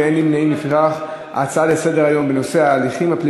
אולי נצליח לעצור את כתבי-האישום.